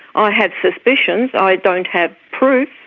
i have suspicions. i don't have proof,